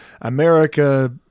America